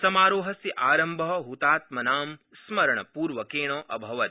समारोहस्य आरम्भः हतात्मनां स्मरणपूर्वकेण अभवत्